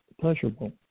pleasurable